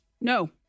No